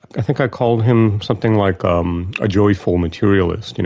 i think i called him something like um a joyful materialist, you know